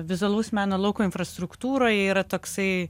vizualaus meno lauko infrastruktūroj yra toksai